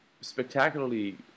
spectacularly